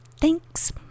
thanks